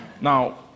Now